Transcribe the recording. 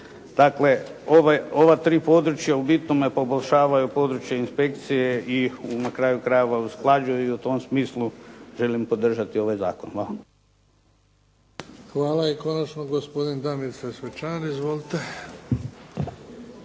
Dakle ove, ova tri područja u bitnome poboljšavaju područje inspekcije i na kraju krajeva usklađuju i u tom smislu želim podržati ovaj zakon. Hvala. **Bebić, Luka (HDZ)** Hvala. I konačno gospodin Damir Sesvečan. Izvolite.